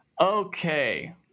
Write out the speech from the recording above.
Okay